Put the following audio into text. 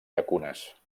llacunes